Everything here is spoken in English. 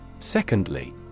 Secondly